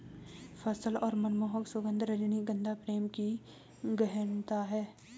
फल और मनमोहक सुगन्ध, रजनीगंधा प्रेम की गहनता है